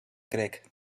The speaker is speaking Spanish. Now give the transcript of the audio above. creek